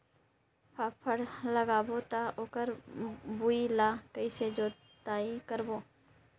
फाफण लगाबो ता ओकर भुईं ला कइसे जोताई करबो?